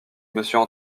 monsieur